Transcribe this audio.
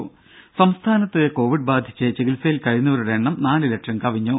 രുദ സംസ്ഥാനത്ത് കോവിഡ് ബാധിച്ച് ചികിത്സയിൽ കഴിയുന്നവരുടെ എണ്ണം നാലു ലക്ഷം കവിഞ്ഞു